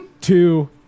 two